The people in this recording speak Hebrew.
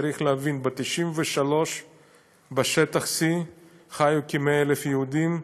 צריך להבין, ב-1993 חיו בשטח C כ-100,000 יהודים,